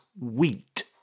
wheat